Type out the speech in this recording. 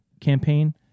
campaign